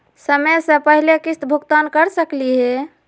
समय स पहले किस्त भुगतान कर सकली हे?